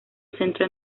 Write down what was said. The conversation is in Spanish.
centro